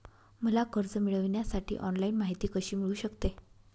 मला कर्ज मिळविण्यासाठी ऑनलाइन माहिती कशी मिळू शकते?